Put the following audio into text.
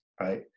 right